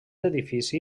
edifici